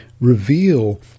reveal